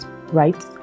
right